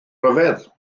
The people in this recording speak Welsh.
ryfedd